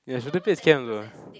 ya should do camp alone